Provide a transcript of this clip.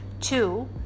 Two